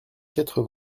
quatre